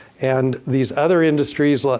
and these other industries, like